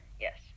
Yes